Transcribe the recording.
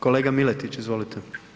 Kolega Miletić, izvolite.